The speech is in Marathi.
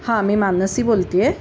हां मी मानसी बोलते आहे